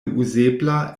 uzebla